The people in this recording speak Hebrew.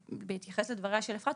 בהתייחס לדבריה של אפרת,